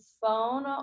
phone